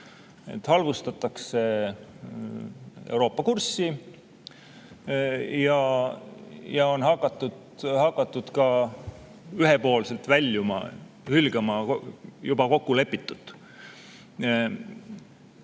Halvustatakse Euroopa kurssi ja on hakatud ka ühepoolselt hülgama juba kokkulepitut.